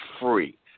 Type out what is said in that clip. free